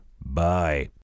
bye